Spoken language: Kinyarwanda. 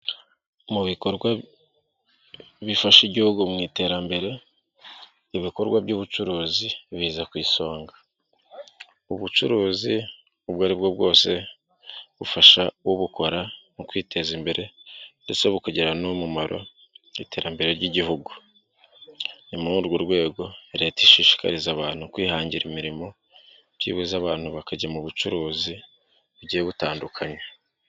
Mu bikorwa bifasha igihugu mu iterambere, ibikorwa by'ubucuruzi, biza ku isonga. Ubucuruzi ubwo aribwo bwose, bufasha ubukora mu kwiteza imbere, ndetse bukagira n'umumaro mu iterambere ry'Igihugu. Ni muri urwo rwego Leta ishishikariza abantu kwihangira imirimo, byibuze abantu bakajya mu bucuruzi bugiye butandukanye.